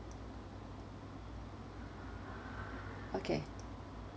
okay